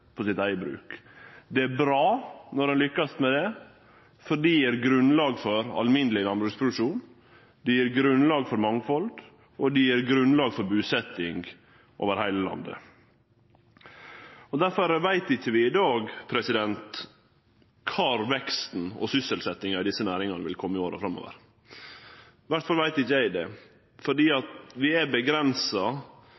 på eins eige bruk. Det er bra når ein lykkast med det, fordi det gjev grunnlag for alminneleg landbruksproduksjon, det gjev grunnlag for mangfald, og det gjev grunnlag for busetnad over heile landet. Difor veit vi ikkje i dag kvar veksten og sysselsetjinga i desse næringane vil kome i åra framover. Iallfall veit ikkje eg det,